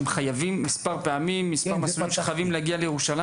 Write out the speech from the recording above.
שמחייב את תלמידי ישראל במספר פעמים מסוים של הגעה לירושלים?